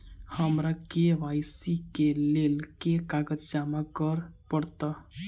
हमरा के.वाई.सी केँ लेल केँ कागज जमा करऽ पड़त?